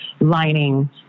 lining